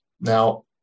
Now